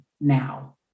now